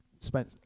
spent